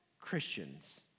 Christians